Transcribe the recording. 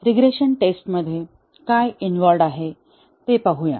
regression टेस्टमध्ये काय involved आहे ते पाहूया